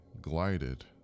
glided